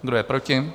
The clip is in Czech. Kdo je proti?